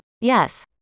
yes